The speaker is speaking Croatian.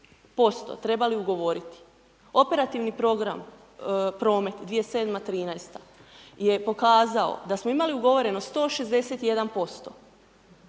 trebali ugovoriti. Operativni program Promet 2007.-2013., je pokazao da smo imali ugovoreno 161%,